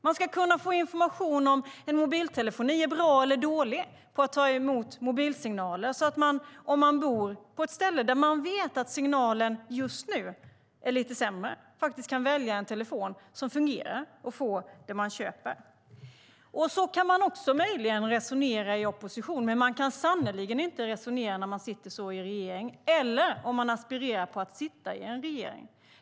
Man ska kunna få information om huruvida en mobiltelefon är bra eller dålig på att ta emot mobilsignaler, så att man om man bor på ett ställe där man vet att signalen just nu är lite sämre kan välja en telefon som fungerar. Man kan möjligen också resonera så här i opposition, men man kan sannerligen inte resonera så när man sitter i en regering eller om man aspirerar på att sitta i en regering.